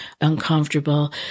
uncomfortable